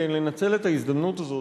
לנצל את ההזדמנות הזאת,